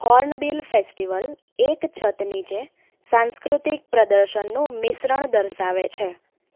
hornbill Festival એક છત નીચે સાંસ્કૃતિક પ્રદર્શનનું મિશ્રણ દર્શાવે છે